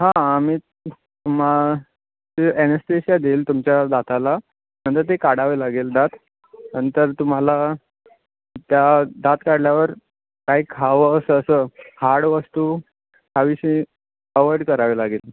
हां आम्ही मग ते एनस्टेशिया देईल तुमच्या दाताला नंतर ते काढावे लागेल दात नंतर तुम्हाला त्या दात काढल्यावर काही खावं असं असं हार्ड वस्तू हा विषय अवॉइड करावे लागेल